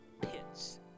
pits